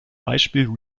beispiel